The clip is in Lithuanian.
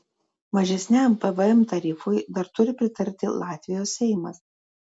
mažesniam pvm tarifui dar turi pritarti latvijos seimas